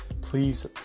please